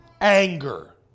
anger